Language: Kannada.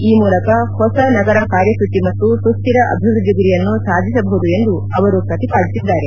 ಈ ಮೂಲಕ ಹೊಸ ನಗರ ಕಾರ್ಯಸೂಚಿ ಮತ್ತು ಸುಸ್ವಿರ ಅಭಿವೃದ್ದಿ ಗುರಿಯನ್ನು ಸಾಧಿಸಬಹುದು ಎಂದು ಅವರು ಪ್ರತಿಪಾದಿಸಿದ್ದಾರೆ